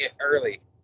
early